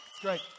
great